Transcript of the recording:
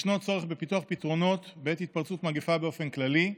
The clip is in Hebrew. יש צורך בפיתוח פתרונות בעת התפרצות מגפה באופן כללי,